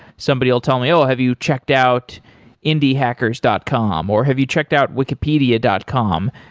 somebody will tell me, oh! have you checked out indiehackers dot com or have you checked out wikipedia dot com?